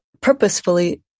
purposefully